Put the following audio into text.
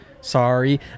Sorry